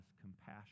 compassion